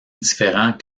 différents